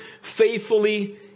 faithfully